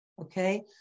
Okay